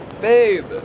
Babe